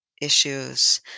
issues